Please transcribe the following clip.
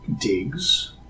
digs